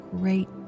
great